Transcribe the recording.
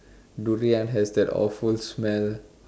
durian has that awful smell